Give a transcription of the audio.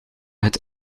het